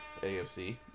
AFC